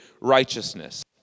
righteousness